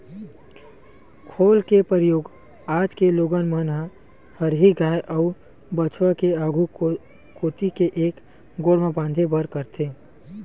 खोल के परियोग आज के लोगन मन ह हरही गाय अउ बछवा के आघू कोती के एक गोड़ म बांधे बर करथे